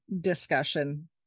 discussion